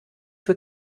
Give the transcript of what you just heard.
für